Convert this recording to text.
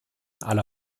aller